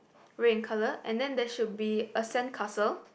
red in colour and then there should be a sandcastle